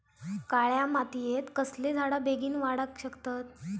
काळ्या मातयेत कसले झाडा बेगीन वाडाक शकतत?